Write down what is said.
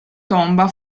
tomba